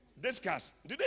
Discuss